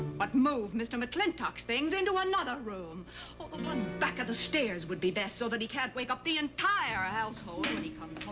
but move mr. mclintock's things into another room. oh, the one back of the stairs would be best. so that he can't wake up the entire i mean